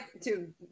two